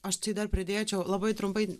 aš tai dar pridėčiau labai trumpai